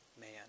man